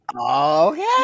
okay